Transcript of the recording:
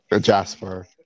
Jasper